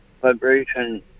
vibration